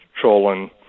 trolling